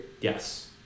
Yes